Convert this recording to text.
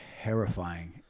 terrifying